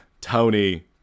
Tony